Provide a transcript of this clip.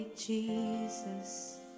Jesus